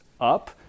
up